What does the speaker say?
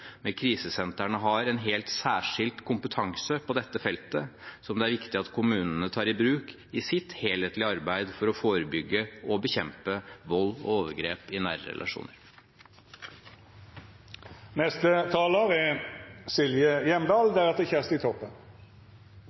har en helt særskilt kompetanse på dette feltet som det er viktig at kommunene tar i bruk i sitt helhetlige arbeid for å forebygge og bekjempe vold og overgrep i nære